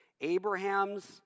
Abraham's